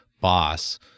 boss